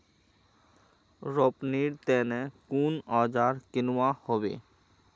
रोपनीर तने कुन औजार किनवा हबे